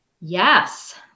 Yes